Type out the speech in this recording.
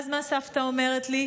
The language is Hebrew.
ואז מה סבתא אומרת לי?